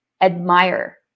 admire